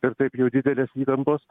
ir taip jau didelės įtampos